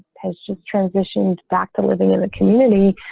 has just transitioned back to living in the community.